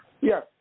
Yes